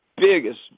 biggest